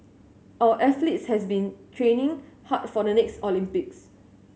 our athletes has been training hard for the next Olympics